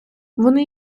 вони